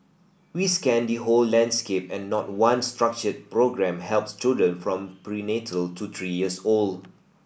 we scanned the whole landscape and not one structured programme helps children from prenatal to three years old